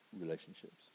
relationships